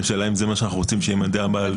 השאלה אם זה מה שאנחנו רוצים באדם בעל רגישות מיוחדת.